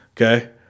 okay